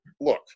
look